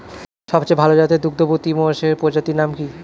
সবচেয়ে ভাল জাতের দুগ্ধবতী মোষের প্রজাতির নাম কি?